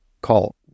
call